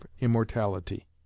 immortality